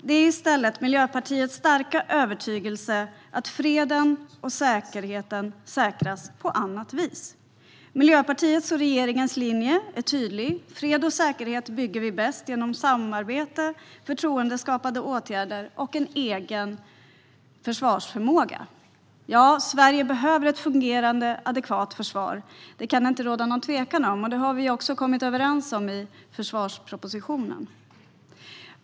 Det är i stället Miljöpartiets starka övertygelse att freden och säkerheten säkras på annat vis. Miljöpartiets och regeringens linje är tydlig: fred och säkerhet bygger vi bäst genom samarbete, förtroendeskapande åtgärder och en egen försvarsförmåga. Sverige behöver ett fungerande, adekvat försvar. Det kan det inte råda någon tvekan om. Det har vi ju också kommit överens om i försvarspropositionen.